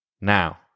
now